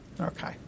Okay